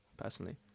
personally